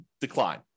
decline